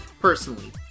personally